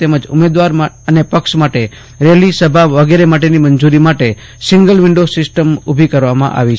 તેમજ ઉમેદવાર અને પક્ષ માટે રેલી સભા વગેરે માટેની મંજૂરી માટે સિંગલ વિન્ડો સિસ્ટમ ઉભી કરવામાં આવી છે